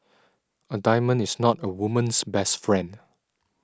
a diamond is not a woman's best friend